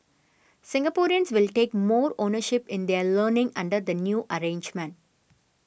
Singaporeans will take more ownership in their learning under the new arrangement